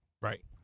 Right